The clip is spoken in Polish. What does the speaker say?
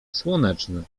słoneczny